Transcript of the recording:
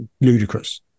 ludicrous